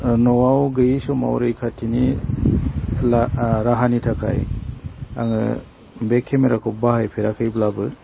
न'आव गैयै समाव रैखाथिनि राहानि थाखाय आङो बे केमेराखौ बाहाय फेराखैब्लाबो